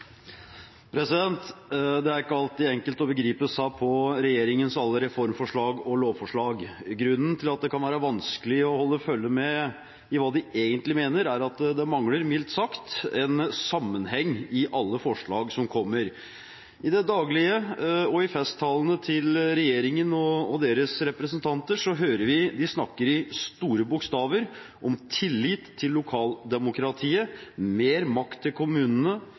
skolepolitikere. Det er ikke alltid enkelt å begripe seg på regjeringens alle reformforslag og lovforslag. Grunnen til at det kan være vanskelig å holde følge med i hva de egentlig mener, er at det mangler, mildt sagt, en sammenheng i alle forslag som kommer. I det daglige og i festtalene til regjeringen og deres representanter hører vi de snakker i store bokstaver om tillit til lokaldemokratiet, mer makt til kommunene,